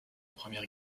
première